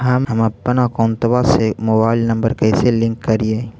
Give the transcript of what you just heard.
हमपन अकौउतवा से मोबाईल नंबर कैसे लिंक करैइय?